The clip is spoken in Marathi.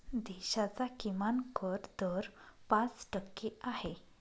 देशाचा किमान कर दर पाच टक्के आहे